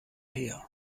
her